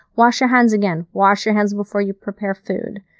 wash your hands again. wash your hands before you prepare food.